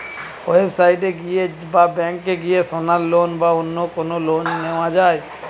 website এ গিয়ে বা ব্যাংকে গিয়ে সোনার লোন বা অন্য লোন নেওয়া যায়